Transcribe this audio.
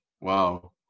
Wow